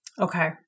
Okay